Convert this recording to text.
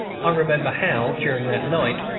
i remember how, during that night,